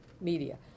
media